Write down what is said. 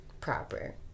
proper